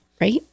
Right